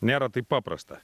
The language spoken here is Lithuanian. nėra taip paprasta